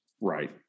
Right